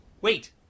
Wait